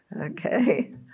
okay